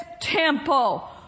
temple